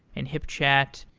and hipchat,